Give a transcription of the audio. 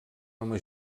home